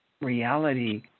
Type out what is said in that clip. reality